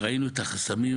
ראינו את החסמים,